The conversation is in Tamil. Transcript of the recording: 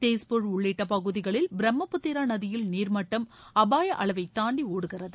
தேஸ்பூர் உள்ளிட்ட பகுதிகளில் பிரம்மபுத்திரா நதியில் நீர்மட்டம் அபாய அளவை தாண்டி ஒடுகிறது